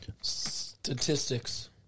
Statistics